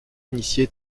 initié